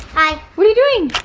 bye. what are you doing?